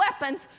weapons